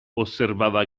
osservava